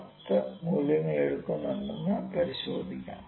10 മൂല്യങ്ങൾ എടുക്കുന്നുണ്ടോയെന്ന് പരിശോധിക്കാം